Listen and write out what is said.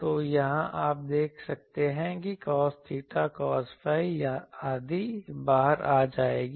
तो यहाँ आप देख सकते हैं कि cos theta cos phi आदि बाहर आ जाएगी